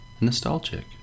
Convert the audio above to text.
nostalgic